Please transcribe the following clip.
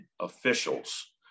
officials